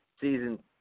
season